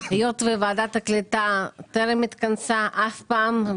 היות וועדת הקליטה טרם התכנסה אף פעם,